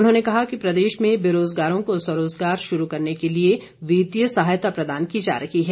उन्होंने कहा कि प्रदेश में बेरोजगारों को स्वरोजगार शुरू करने के लिए वित्तीय सहायता प्रदान की जा रही है